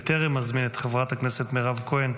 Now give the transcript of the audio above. בטרם אזמין את חברת הכנסת מירב כהן,